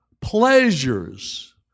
pleasures